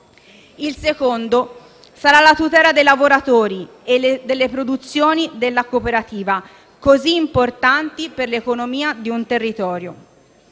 Il secondo sarà la tutela dei lavoratori e delle produzioni della cooperativa, così importanti per l'economia del territorio.